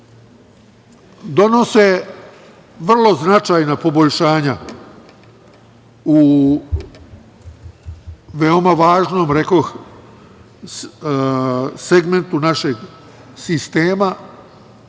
donose vrlo značajna poboljšanja u veoma važnom, rekoh, segmentu našeg sistema